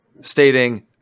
stating